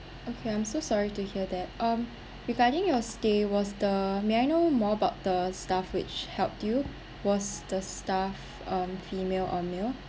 okay I'm so sorry to hear that um regarding your stay was the may I know more about the staff which helped you was the staff um female or male